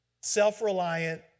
self-reliant